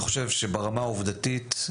אני חושב שברמה העובדתית,